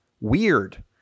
Weird